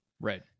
Right